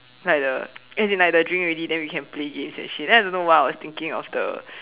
like the as in like the drink already then we can play games that shit then I don't know why I was thinking of the